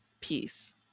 peace